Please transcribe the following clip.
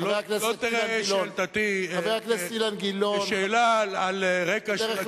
שלא תיראה שאלתי כשאלה על רקע של הכפייה הדתית.